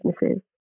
businesses